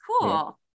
cool